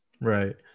Right